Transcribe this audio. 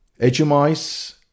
HMIs